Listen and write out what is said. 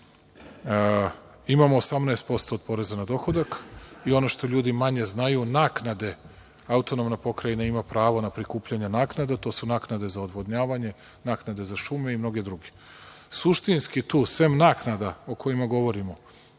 imamo 18% poreza na dohodak i ono što ljudi manje znaju naknade AP Vojvodine ima pravo na prikupljanje naknada. To su naknade za odvodnjavanje, naknade za šume i mnoge druge. Suštinski tu sem naknada o kojima govorimo,